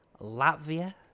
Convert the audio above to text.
Latvia